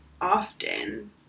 often